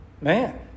man